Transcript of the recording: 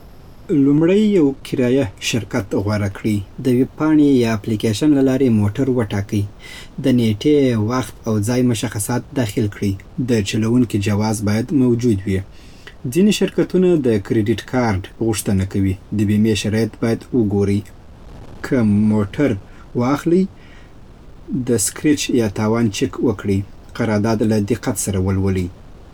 لومړی یو کرایه شرکت غوره کړئ. د ویب پاڼې یا اپلیکیشن له لارې موټر وټاکئ. د نیټې، وخت او ځای مشخصات داخل کړئ. د چلوونکي جواز باید موجود وي. ځینې شرکتونه د کریډیټ کارډ غوښتنه کوي. د بیمې شرایط باید وګورئ. که موټر واخلئ، د سکریچ یا تاوان چک وکړئ. قرارداد له دقت سره ولولئ